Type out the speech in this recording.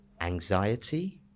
anxiety